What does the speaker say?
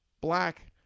black